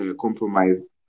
compromise